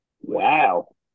Wow